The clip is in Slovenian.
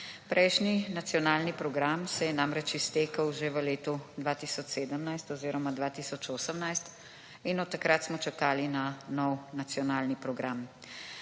Prejšnji nacionalni program se je namreč iztekel že v letu 2017 oziroma 2018 in od takrat smo čakali na nov nacionalni program.